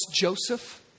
Joseph